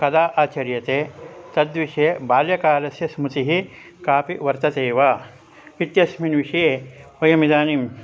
कदा आचर्यते तद्विषये बाल्यकालस्य स्मृतिः कापि वर्तते वा इत्यस्मिन् विषये वयम् इदानीं